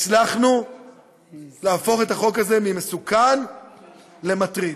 הצלחנו להפוך את החוק הזה ממסוכן למטריד,